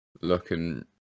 looking